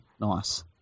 nice